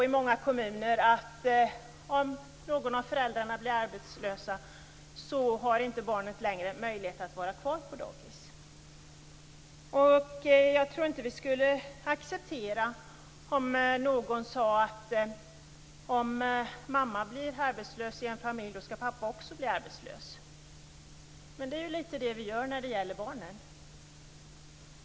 I många kommuner har barnen i dag inte längre någon möjlighet att vara kvar på dagis om någon av föräldrarna blir arbetslös. Jag tror inte att vi skulle acceptera att också pappan i en familj skulle bli arbetslös om mamman blir arbetslös. Så är det ju när det gäller barnen.